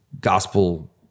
gospel